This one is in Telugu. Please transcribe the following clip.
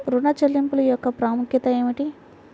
ఋణ చెల్లింపుల యొక్క ప్రాముఖ్యత ఏమిటీ?